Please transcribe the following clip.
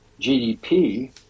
GDP